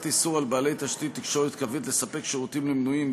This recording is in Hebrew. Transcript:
איסור על בעלי תשתית תקשורת קווית לספק שירותים למנויים,